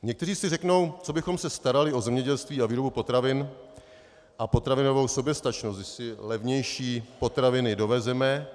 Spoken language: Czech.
Někteří si řeknou: Co bychom se starali o zemědělství a výrobu potravin a potravinovou soběstačnost, když si levnější potraviny dovezeme?